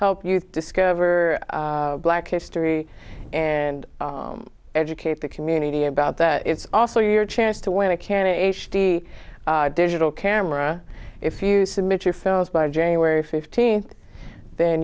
help you discover black history and educate the community about that it's also your chance to win a can a digital camera if you submit your films by january fifteenth then